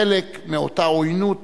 חלק מאותה עוינות